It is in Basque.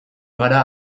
gara